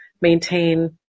maintain